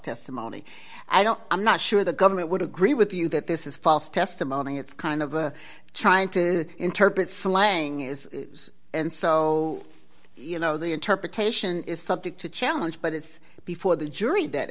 testimony i don't i'm not sure the government would agree with you that this is false testimony it's kind of a trying to interpret slang and so you know the interpretation is subject to challenge but it's before the jury that